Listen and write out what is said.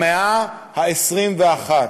במאה ה-21.